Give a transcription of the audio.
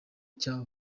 cya